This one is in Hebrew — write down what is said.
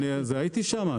הייתי שם.